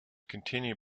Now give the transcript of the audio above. continue